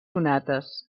sonates